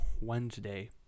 Wednesday